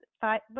five